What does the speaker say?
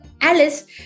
Alice